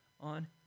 on